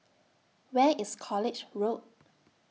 Where IS College Road